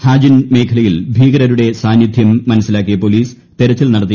ഹാജിൻ മേഖലയിൽ ഭീകരരുടെ സാന്നിധ്യം മനസ്സിലാക്കിയ പോലീസ് തെരച്ചിൽ പിടികൂടിയത്